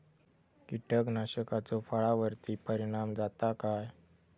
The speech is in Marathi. कीटकनाशकाचो फळावर्ती परिणाम जाता काय?